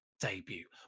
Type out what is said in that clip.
debut